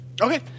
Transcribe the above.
Okay